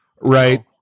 right